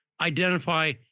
identify